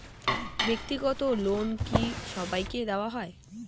ব্যাক্তিগত লোন কি সবাইকে দেওয়া হয়?